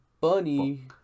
bunny